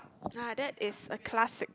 ah that is a classic